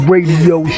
Radio